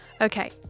Okay